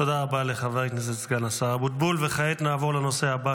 תודה רבה לסגן השר חבר הכנסת אבוטבול.